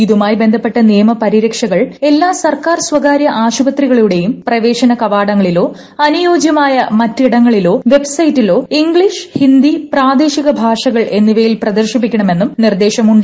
ഇതുമായി ബന്ധപ്പെട്ട നിയമ പരിരക്ഷകൾ എല്ലാ സർക്കാർ സ്വകാര്യ ആശുപത്രികളുടെയും പ്രവേശന കവാടങ്ങളിലോഅനുയോജ്യമായ മറ്റിടങ്ങളിലോ വെബ്സൈറ്റിലോ ഇംഗ്ലീഷ് ഹിന്ദി പ്രാദേശിക ഭാഷകൾ എന്നിവയിൽ പ്രദർശിപ്പിക്കണമെന്നും നിർദ്ദേശം ഉണ്ട്